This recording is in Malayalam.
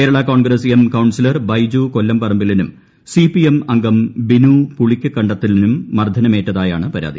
കേരളാ കോൺഗ്രസ് എം കൌൺസിലർ ബൈജു കൊല്ലംപറമ്പിലിനും സി പി എം അംഗം ബിനു പുളിക്കക്കണ്ടത്തിലിനും മർദ്ദനമേറ്റതായാണ് പരാതി